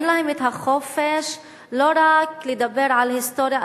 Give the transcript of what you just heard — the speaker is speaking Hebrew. אין להם החופש לא רק לדבר על היסטוריה,